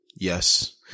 Yes